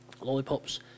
Lollipops